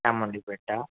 Chamundi Betta